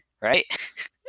Right